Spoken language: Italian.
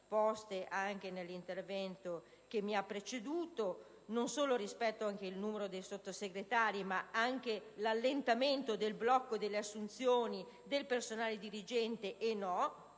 poste anche nell'intervento che mi ha preceduto, non solo riguardo al numero dei Sottosegretari ma anche all'allentamento del blocco delle assunzioni del personale dirigente e non,